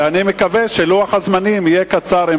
ואני מקווה שלוח הזמנים עם השר יהיה קצר,